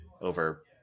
over